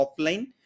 offline